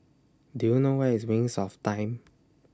Do YOU know Where IS Wings of Time